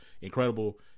incredible